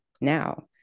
now